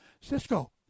Cisco